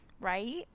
right